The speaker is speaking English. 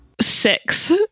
Six